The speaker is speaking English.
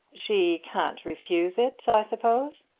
she can't refuse it, i suppose?